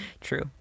true